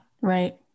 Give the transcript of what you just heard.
Right